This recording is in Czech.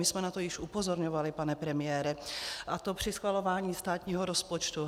My jsme na to již upozorňovali, pane premiére, a to při schvalování státního rozpočtu.